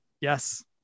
Yes